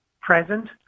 present